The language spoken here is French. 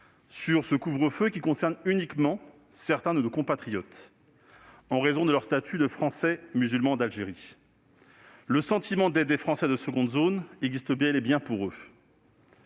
sur ce couvre-feu qui concerne uniquement certains de nos compatriotes, en raison de leur statut de « Français musulmans d'Algérie ». Pour eux, le sentiment d'être des Français de seconde zone existe bel et bien. Ce qui